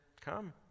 come